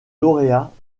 lauréats